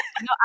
No